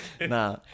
Nah